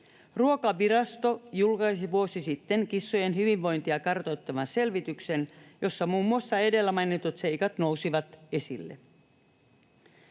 Ruokavirasto julkaisi vuosi sitten kissojen hyvinvointia kartoittavan selvityksen, jossa muun muassa edellä mainitut seikat nousivat esille.